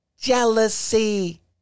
Jealousy